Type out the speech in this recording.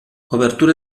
obertura